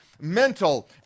mental